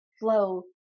flow